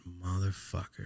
motherfucker